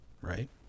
right